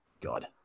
God